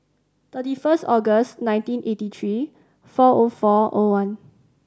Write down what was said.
thirty first August nineteen eighty three four O four O one